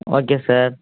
okay sir